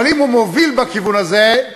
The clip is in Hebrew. אבל אם הוא מוביל בכיוון הזה,